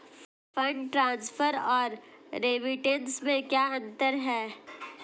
Fund transfer और remittance में क्या अंतर है?